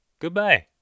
Goodbye